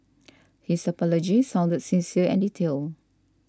his apology sounded sincere and detailed